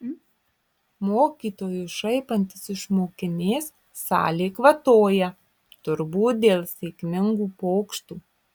mokytojui šaipantis iš mokinės salė kvatoja turbūt dėl sėkmingų pokštų